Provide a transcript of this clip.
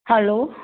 hello